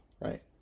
right